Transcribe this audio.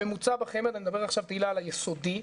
הממוצע בחמ"ד, ואני מדבר עכשיו, תהלה, על היסודי,